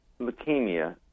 leukemia